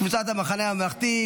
קבוצת המחנה הממלכתי,